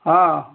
ହଁ